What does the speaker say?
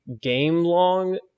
game-long